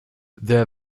their